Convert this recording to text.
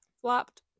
flopped